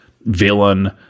villain